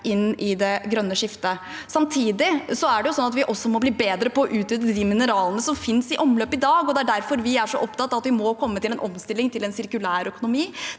i det grønne skiftet. Samtidig er det slik at vi også må bli bedre på å utvinne de mineralene som finnes i omløp i dag. Det er derfor vi er så opptatt av at vi må komme til en omstilling til en sirkulær økonomi,